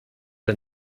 der